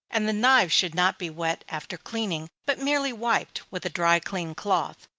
and the knives should not be wet after cleaning, but merely wiped, with a dry clean cloth.